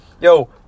Yo